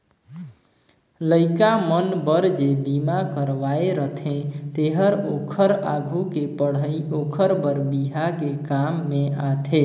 लइका मन बर जे बिमा करवाये रथें तेहर ओखर आघु के पढ़ई ओखर बर बिहा के काम में आथे